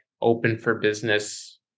open-for-business